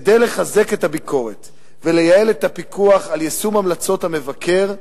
כדי לחזק את הביקורת ולייעל את הפיקוח על יישום המלצות המבקר,